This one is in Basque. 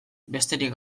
besterik